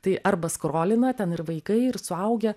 tai arba skrolina ten ir vaikai ir suaugę